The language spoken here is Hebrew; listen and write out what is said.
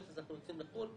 אז אנחנו יוצאים לחו"ל.